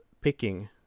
picking